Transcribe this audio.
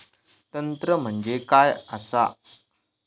तंत्र म्हणजे काय असा?